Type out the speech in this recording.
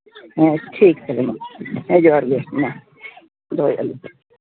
ᱦᱮᱸ ᱴᱷᱤᱠ ᱛᱚᱵᱮ ᱢᱟ ᱦᱮᱸ ᱡᱚᱦᱟᱨᱜᱮ ᱢᱟ ᱫᱚᱦᱚᱭᱮᱫᱼᱟᱹᱞᱤᱧ